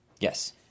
Yes